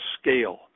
scale